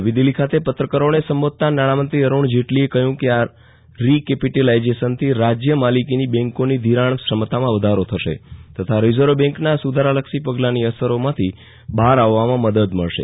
નવી દીલ્હી ખાતે પત્રકારોને સંબોધતાં નાણામંત્રી અરૂણ જેટલીએ કહ્યું કે આ રીકેપીટલાઇઝેશનથી રાજય માલીકીની બેંકોની ધિરાણ ક્ષમતામાં વધારો થશે તથા રીઝર્વ બેંકના સુધારાલક્ષી પગલાની અસરોમાંથી બહાર આવવામાં મદદ મળશે